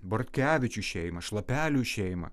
bortkevičių šeimą šlapelių šeimą